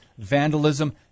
Vandalism